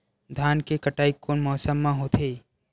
धान के कटाई कोन मौसम मा होथे?